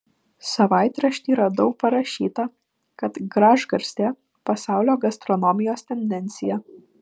savaitrašty radau parašyta kad gražgarstė pasaulio gastronomijos tendencija